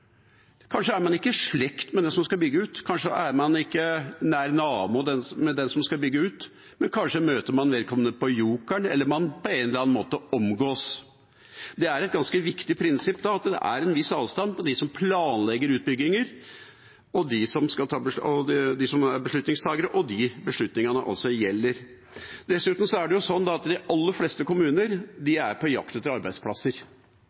Kanskje er man ikke i slekt med den som skal bygge ut, kanskje er man ikke nær nabo med den som skal bygge ut, men man møter kanskje vedkommende på Joker, eller man omgås på en eller annen måte. Det er et ganske viktig prinsipp at det er en viss avstand mellom dem som planlegger utbygginger, dem som er beslutningstakere, og dem beslutningene gjelder. Dessuten er de aller fleste kommuner på jakt etter arbeidsplasser. De er for utbygging generelt, og da må det være slik at